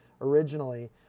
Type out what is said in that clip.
originally